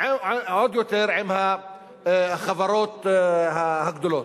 עוד יותר עם החברות הגדולות.